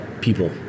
people